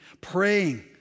praying